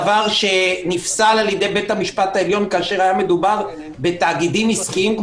דבר שנפסל על ידי בית המשפט העליון כאשר היה מדובר בתאגידים עסקיים,